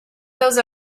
those